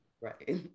Right